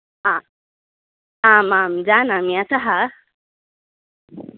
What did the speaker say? हा आमां जानामि अतः